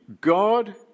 God